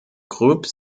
groupe